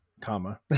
comma